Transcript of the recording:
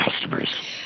customers